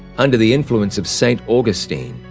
under the influence of saint augustine,